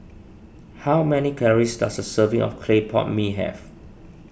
how many calories does a serving of Clay Pot Mee have